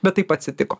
bet taip atsitiko